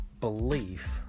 belief